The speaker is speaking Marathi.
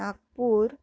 नागपूर